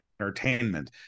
entertainment